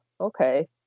okay